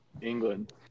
england